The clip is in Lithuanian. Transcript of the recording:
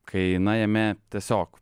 kai na jame tiesiog